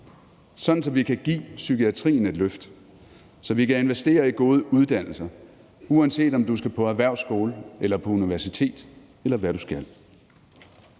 så vi kan give psykiatrien et løft; så vi kan investere i gode uddannelser, uanset om du skal på en erhvervsskole eller på universitetet, eller hvad du skal.